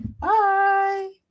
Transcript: Bye